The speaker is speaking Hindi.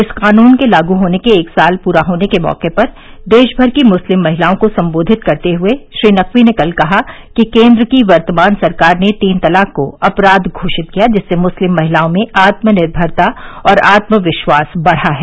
इस कानून के लागू होने के एक साल पूरा होने के मौके पर देश भर की मुस्लिम महिलाओं को संबोधित करते हुए श्री नकवी ने कल कहा कि केन्द्र की वर्तमान सरकार ने तीन तलाक को अपराध घोषित किया जिससे मुस्लिम महिलाओं में आत्मनिर्भरता और आत्मविश्वास बढ़ा है